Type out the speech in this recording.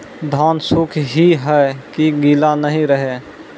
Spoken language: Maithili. धान सुख ही है की गीला नहीं रहे?